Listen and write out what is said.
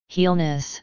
Healness